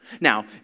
Now